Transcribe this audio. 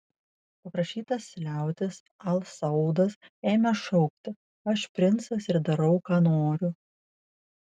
paprašytas liautis al saudas ėmė šaukti aš princas ir darau ką noriu